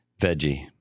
Veggie